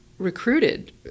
recruited